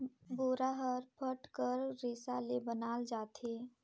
बोरा हर पट कर रेसा ले बनाल जाथे